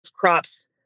crops